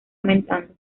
aumentando